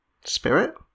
spirit